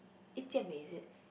eh Jian-Wei is it